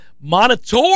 Monitor